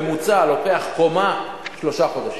בממוצע לוקח קומה שלושה חודשים.